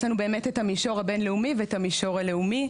יש לנו באמת גם את המישור הבין-לאומי וגם את המישור הלאומי,